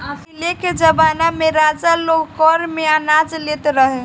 पहिले के जमाना में राजा लोग कर में अनाज लेत रहे